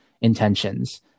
intentions